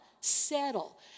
settle